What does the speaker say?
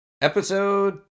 episode